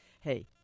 hey